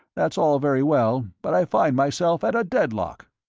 that's all very well, but i find myself at a deadlock.